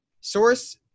source